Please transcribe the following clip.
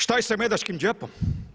Šta je sa Medačkim džepom?